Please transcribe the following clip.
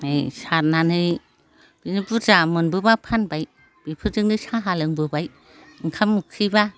सारनानै बुरजा मोनबोब्ला फानबाय बेफोरजोंनो साहा लोंबोबाय ओंखाम उखैब्ला